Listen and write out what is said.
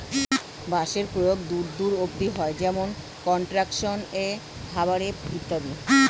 বাঁশের প্রয়োগ দূর দূর অব্দি হয়, যেমন কনস্ট্রাকশন এ, খাবার এ ইত্যাদি